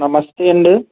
నమస్తే అండి